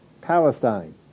Palestine